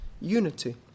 unity